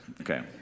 Okay